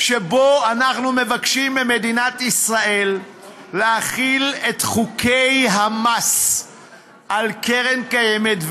שבה אנחנו מבקשים ממדינת ישראל להחיל את חוקי המס על קרן קיימת,